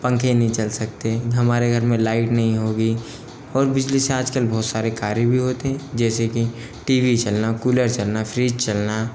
पंखे नहीं चल सकते हमारे घर में लाइट नहीं होगी और बिजली से आज कल बहुत सारे कार्य भी होते हैं जैसे की टी वी चलना कुलर चलना फ़्रिज चलना